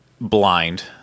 blind